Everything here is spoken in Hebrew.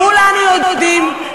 כולנו יודעים,